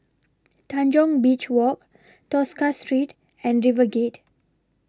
Tanjong Beach Walk Tosca Street and RiverGate